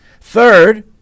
Third